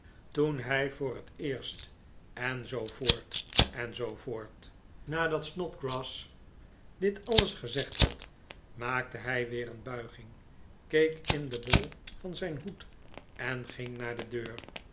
toen hij voor het eerst en zoo voort en zoo voort nadat snodgrass dit alles gezegd had maakte hij weer een buiging keek in den bol van zijn hoed en ging naa'r de deur